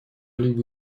либо